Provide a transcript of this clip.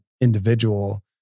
individual